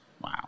Wow